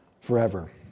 forever